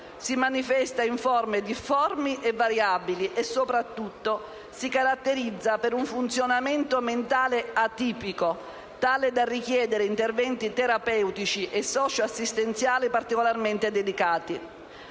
si manifesta in forme difformi e variabili e, soprattutto, si caratterizza per un funzionamento mentale atipico, tale da richiedere interventi terapeutici e socio-assistenziali particolarmente dedicati.